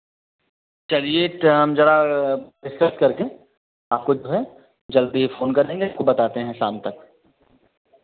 चलिए तो हम जरा डिस्कस करके आपको जो है जल्दी फ़ोन कर देंगे फिर बताते हैं शाम तक